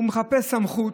הוא מחפש סמכות,